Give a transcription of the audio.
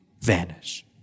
vanish